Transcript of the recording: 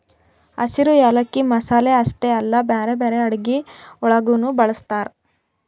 ಹಸಿರು ಯಾಲಕ್ಕಿ ಮಸಾಲೆ ಅಷ್ಟೆ ಅಲ್ಲಾ ಬ್ಯಾರೆ ಬ್ಯಾರೆ ಅಡುಗಿ ಒಳಗನು ಬಳ್ಸತಾರ್